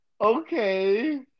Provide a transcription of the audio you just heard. Okay